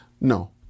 No